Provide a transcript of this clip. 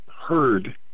heard